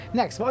next